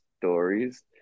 stories